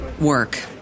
work